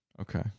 Okay